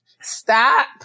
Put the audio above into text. stop